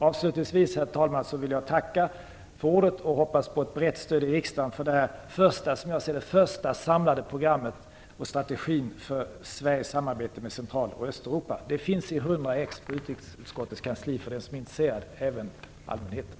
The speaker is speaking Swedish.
Avslutningsvis, herr talman, vill jag tacka för ordet och hoppas på ett brett stöd i riksdagen för detta, som jag ser det, första samlade program och den första samlade strategin för Sveriges samarbete med Öst och Centraleuropa. Propositionen finns i 100 exemplar på utrikesutskottets kansli för dem som är intresserade, även allmänheten.